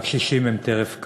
והקשישים הם טרף קל.